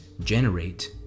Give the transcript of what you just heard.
generate